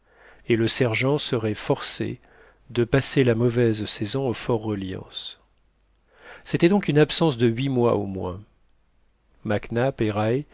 et le sergent serait forcé de passer la mauvaise saison au fort reliance c'était donc une absence de huit mois au moins